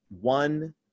one